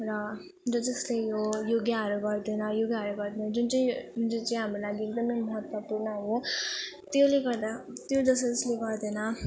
र जसले हो योगा गर्दैन योगाहरू गर्दैन जुन चाहिँ जुन चाहिँ चाहिँ हाम्रो लागि एकदम महत्त्वपूर्ण हो त्यसले गर्दा त्यो जस् जसले गर्दैन